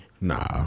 Nah